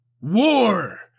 War